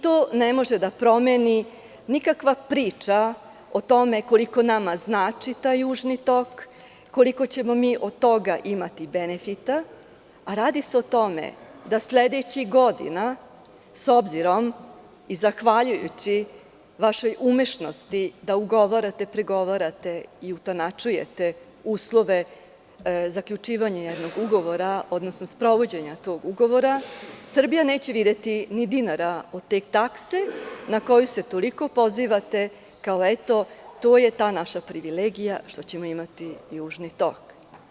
To ne može da promeni nikakva priča o tome koliko nama znači taj „Južni tok“, koliko ćemo mi od toga imati benefita, a radi se o tome da sledećih godina, s obzirom i zahvaljujući vašoj umešnosti da ugovarate, pregovarate i utanačujete uslove zaključivanje jednog ugovora, odnosno sprovođenje tog ugovora, Srbija neće videti ni dinara od te takse na koju se toliko pozivate kao, eto, to je ta naša privilegija što ćemo imati „Južni tok“